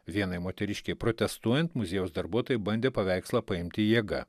vienai moteriškei protestuojant muziejaus darbuotojai bandė paveikslą paimti jėga